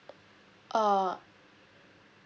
uh